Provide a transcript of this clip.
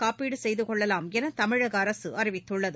காப்பீடு செய்து கொள்ளலாம் என தமிழக அரசு அறிவித்துள்ளது